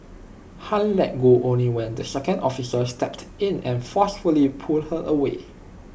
ham let go only when the second officer stepped in and forcefully pulled her away